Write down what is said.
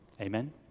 Amen